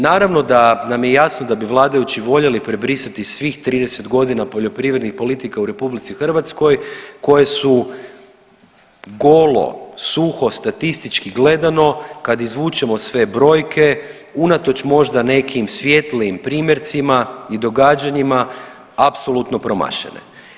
Naravno da nam je jasno da bi vladajući volje prebrisati svih 30 godina poljoprivrednih politika u Republici Hrvatskoj koje su golo, suho, statistički gledano kada izvučemo sve brojke unatoč možda nekim svjetlijim primjercima i događanjima apsolutno promašene.